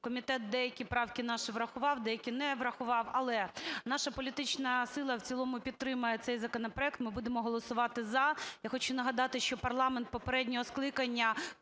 комітет деякі правки наші врахував, деякі не врахував, але наша політична сила в цілому підтримає цей законопроект. Ми будемо голосувати "за". Я хочу нагадати, що парламент попереднього скликання